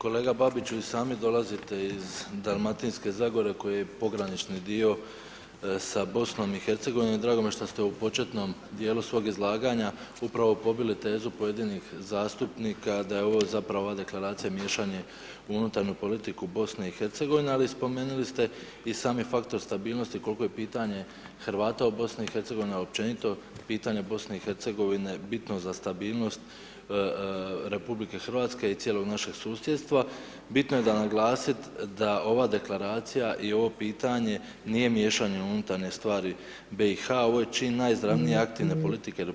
Kolega Babiću, vi sami dolazite iz Dalmatinske zagore, koja je pogranični dio sa BIH drago mi je što ste u početnom dijelu svog izlaganja upravo pobili tezu pojedinih zastupnika da je ova deklaracija zapravo miješanje u unutarnju politiku BIH, ali spomenuli ste i sami faktor stabilnosti, koliki je faktor Hrvata u BIH, ali i općenito pitanje BIH bitno za stabilnost RH i cijelog našeg susjedstva, bitno je za naglasiti da ova Deklaracija i ovo pitanje nije miješanje u unutarnje stvari BiH, ovo je čin najizravnije aktivne politike RH